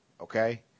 Okay